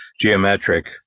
geometric